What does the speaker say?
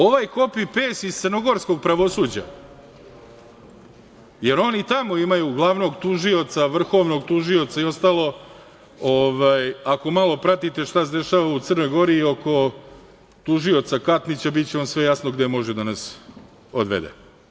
Ovaj kopi pejst iz crnogorskog pravosuđa, jer oni tamo imaju glavnog tužioca, vrhovnog tužioca i ostalo, ako malo pratite šta se dešava u Crnoj Gori i oko tužioca Katnića, biće vam sve jasno gde može da nas odvede.